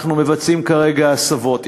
אנחנו מבצעים כרגע הסבות,